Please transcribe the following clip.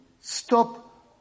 stop